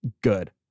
good